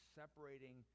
separating